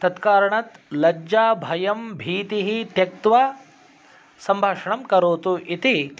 तत्कारणात् लज्जा भयं भीतिः त्यक्त्वा सम्भाषणं करोतु इति